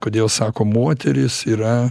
kodėl sako moteris yra